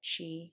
chi